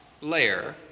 layer